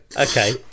Okay